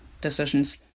decisions